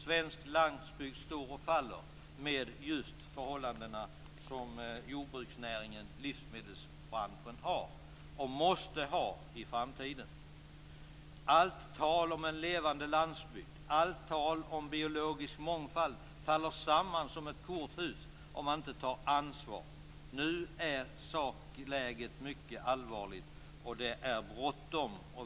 Svensk landsbygd står och faller med de förhållanden som jordbruksnäringen och livsmedelsbranschen har och måste ha i framtiden. Allt tal om en levande landsbygd och om biologisk mångfald faller samman som ett korthus om man inte tar ansvar. Nu är sakläget mycket allvarligt, och det är bråttom.